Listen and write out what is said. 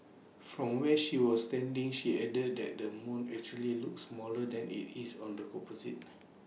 from where she was standing she added that the moon actually looked smaller than IT is on the composite